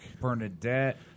Bernadette